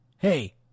Hey